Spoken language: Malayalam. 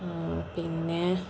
പിന്നെ